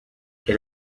elle